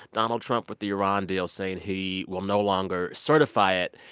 donald trump with the iran deal saying he will no longer certify it